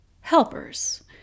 helpers